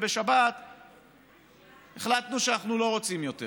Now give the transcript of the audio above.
בשבת החלטנו שאנחנו לא רוצים יותר,